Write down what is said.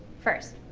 first,